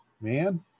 man